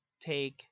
take